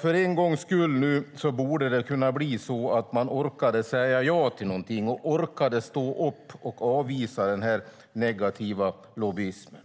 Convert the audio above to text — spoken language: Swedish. För en gångs skull borde det kunna bli så att man orkar säga ja till någonting, orkar stå upp och avvisa den här negativa lobbyismen.